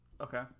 Okay